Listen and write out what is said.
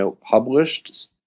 published